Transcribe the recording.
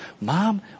Mom